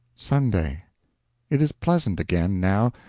sunday it is pleasant again, now,